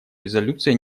резолюция